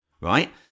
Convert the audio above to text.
right